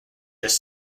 just